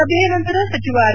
ಸಭೆಯ ನಂತರ ಸಚಿವ ಆರ್